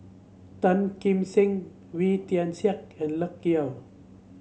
Tan Kim Seng Wee Tian Siak and Loke Yew